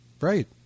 Right